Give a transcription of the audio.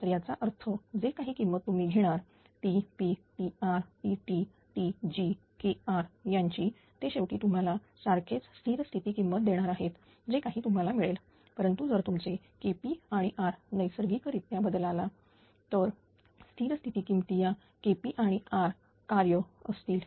तर याचा अर्थ जे काही किंमत तुम्ही घेणारTP Tr Tt Tg Kr यांची ते शेवटी तुम्हाला सारखेच स्थिर स्थिती किंमत देणार जे काही तुम्हाला मिळेल परंतु जर तुमचं KP आणि R नैसर्गिकरित्या बदलला तर स्थिर स्थिती किमती या KP आणि R कार्य असतील